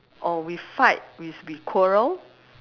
or we fight is we quarrel